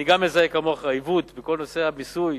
אכן, גם אני מזהה כמוך עיוות בכל נושא המיסוי,